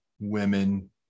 women